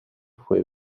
fue